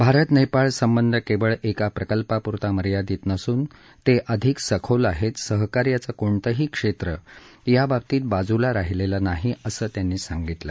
भारत नेपाळ संबंध केवळ एका प्रकल्पापुरते मर्यादित नसून ते अधिक सखोल आहेत सहकार्याचं कोणतंही क्षेत्र याबाबतीत बाजूला राहिलेलं नाही असं ते म्हणाले